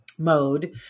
mode